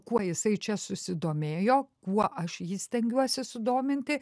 kuo jisai čia susidomėjo kuo aš jį stengiuosi sudominti